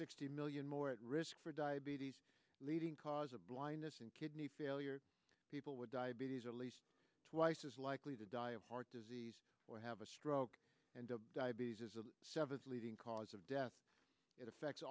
sixty million more at risk for diabetes leading cause of blindness in kidney failure people with diabetes at least twice as likely to die of heart disease or have a stroke and diabetes is a seventh leading cause of death it affects